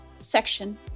section